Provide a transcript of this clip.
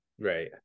right